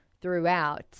throughout